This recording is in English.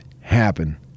happen